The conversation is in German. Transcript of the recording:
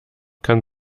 kann